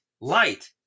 light